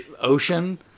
Ocean